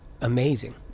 amazing